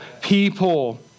people